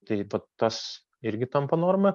tai vat tas irgi tampa norma